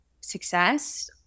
success